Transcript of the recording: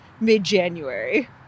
mid-January